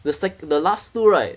the sec~ the last two right